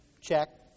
check